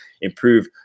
improve